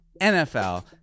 NFL